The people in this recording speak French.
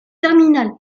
terminal